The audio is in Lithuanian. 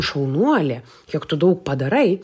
šaunuolė kiek tu daug padarai